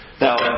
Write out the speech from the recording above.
Now